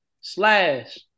slash